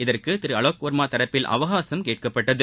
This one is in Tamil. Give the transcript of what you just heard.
இதற்கு திரு அலோக்குமார் தரப்பில் அவகாசம் கேட்கப்பட்டது